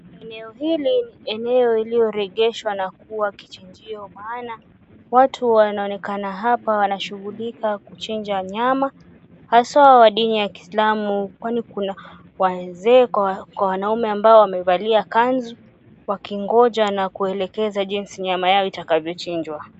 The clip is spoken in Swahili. Eneo hili ni eneo lililoregeshwa na kuwa kwa maana watu wanaonekana hapa wanaonekana wakichinja nyama haswa wa dini ya kiislamu kwani kuna wazee kwa wanaume ambao wamevalia kanzu wakingoja na kuelekeza jinsi nyama yao itakavyo chinjwa.